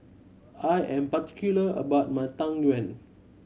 I am particular about my Tang Yuen